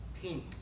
Pink